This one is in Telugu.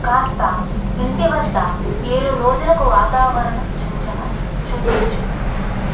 కాస్త ఇంటివద్ద ఏడు రోజులకు వాతావరణ సూచన చూపించు